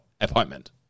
appointment